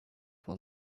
will